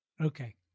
Okay